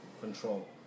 control